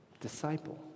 disciple